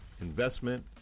investment